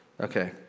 Okay